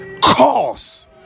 cause